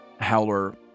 Howler